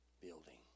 building